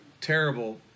terrible